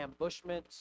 ambushments